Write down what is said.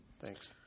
Thanks